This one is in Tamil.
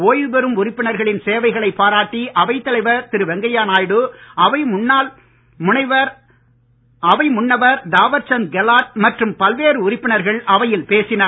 ஓய்வு பெறும் உறுப்பினர்களின் சேவைகளைப் பாராட்டி அவைத் தலைவர் திரு வெங்கையா நாயுடு அவை முன்னவர் தாவர் சந்த் கெலாட் மற்றும் பல்வேறு உறுப்பினர்கள் அவையில் பேசினர்